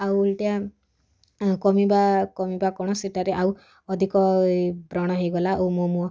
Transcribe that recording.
ଆଉ ଓଲଟିଆ କମିବା କମିବା କ'ଣ ସେଇଟାରେ ଆଉ ଅଧିକ ବ୍ରଣ ହେଇଗଲା ଓ ମୋ ମୁହଁ